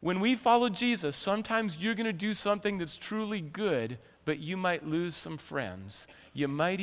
when we follow jesus sometimes you're going to do something that's truly good but you might lose some friends you might